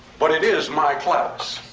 but it is my class.